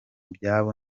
byabo